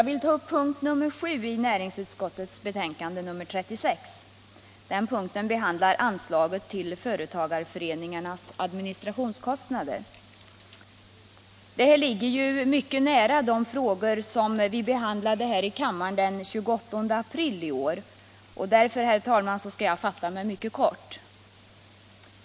ministrationskostnader. Detta ärende ligger mycket nära de frågor som vi behandlade här i kammren den 28 april i år. Därför, herr talman, skall jag fatta mig mycket kort.